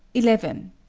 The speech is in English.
eleven.